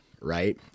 right